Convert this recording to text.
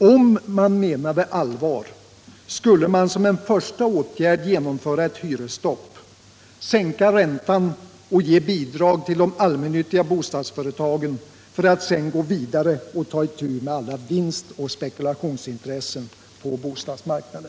Om man menade allvar skulle man som en första åtgärd genomföra ett hyresstopp, sänka räntan och ge bidrag till de allmännyttiga bostadsföretagen för att sedan gå vidare och ta itu med alla vinstoch spekulationsintressen på bostadsmarknaden.